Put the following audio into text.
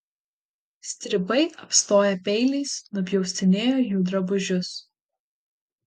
stribai apstoję peiliais nupjaustinėjo jų drabužius